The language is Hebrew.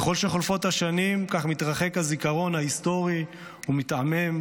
ככל שחולפות השנים כך מתרחק הזיכרון ההיסטורי ומתעמעם,